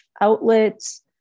outlets